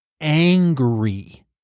angry